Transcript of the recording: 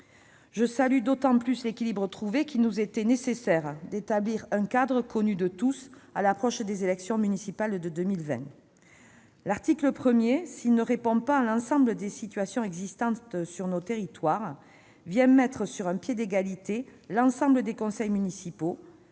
Je salue d'autant plus l'équilibre trouvé qu'il nous était nécessaire d'établir un cadre connu de tous à l'approche des élections municipales de 2020. L'article 1, s'il ne répond pas à l'ensemble des situations existantes sur nos territoires, vient mettre sur un pied d'égalité l'ensemble des conseils municipaux,